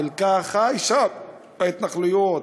חלקה חי שם, בהתנחלויות,